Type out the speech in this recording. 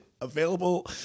available